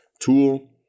tool